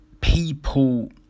people